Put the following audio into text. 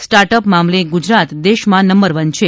start up મામલે ગુજરાત દેશમાં number one છે